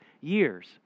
years